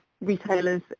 retailers